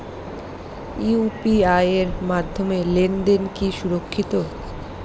UPI এর মাধ্যমে লেনদেন কি সুরক্ষিত?